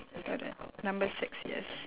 so then number six yes